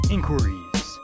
Inquiries